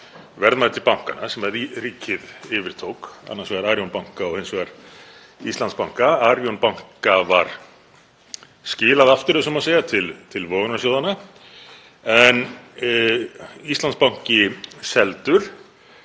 verðmæti bankanna sem ríkið yfirtók, annars vegar Arion banka og hins vegar Íslandsbanka. Arion banka var skilað aftur, ef svo má segja, til vogunarsjóðanna en Íslandsbanki seldur